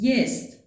Jest